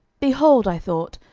behold, i thought,